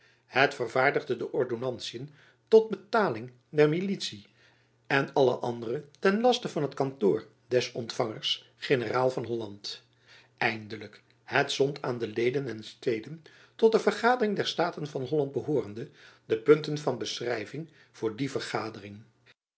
het vervaardigde de ordonnantiën tot betalingsder militie en alle andere ten laste van het kantoor des ontfangers generaal van holland eindelijk het zond aan de leden en steden tot de vergadering der staten van holland behoorende de punten van beschrijving voor die vergadering